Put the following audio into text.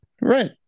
Right